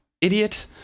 Idiot